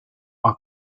our